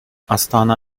astana